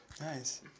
Nice